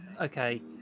Okay